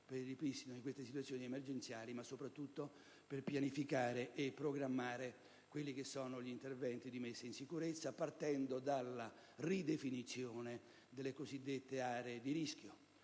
di ripristino nelle situazioni emergenziali, ma soprattutto per pianificare e programmare gli interventi di messa in sicurezza, partendo dalla ridefinizione delle cosiddette aree di rischio.